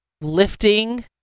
lifting